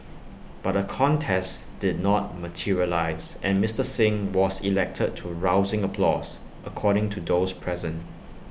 but A contest did not materialise and Mister Singh was elected to rousing applause according to those present